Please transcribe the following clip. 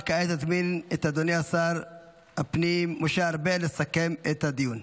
וכעת אזמין את אדוני שר הפנים משה ארבל לסכם את הדיון.